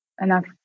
enough